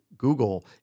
Google